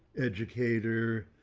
educator,